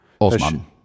Osman